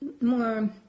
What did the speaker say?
more